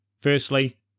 Firstly